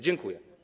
Dziękuję.